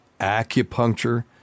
acupuncture